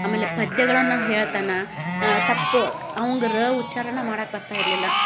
ಆಮೇಲೆ ಪದ್ಯಗಳನ್ನ ಹೇಳ್ತಾನೆ ತಪ್ಪ ಅವಂಗ ರ ಉಚ್ಛಾರಣೆ ಮಾಡಾಕೆ ಬರ್ತಾ ಇರಲಿಲ್ಲ